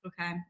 Okay